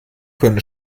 können